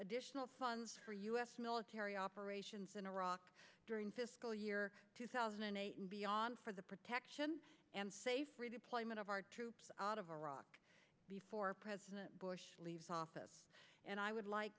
support for u s military operations in iraq during fiscal year two thousand and eight and beyond for the protection and safe redeployment of our troops out of iraq before president bush leaves office and i would like